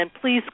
please